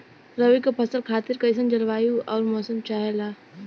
रबी क फसल खातिर कइसन जलवाय अउर मौसम चाहेला?